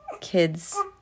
kids